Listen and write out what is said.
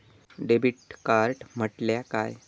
Debit card म्हटल्या काय?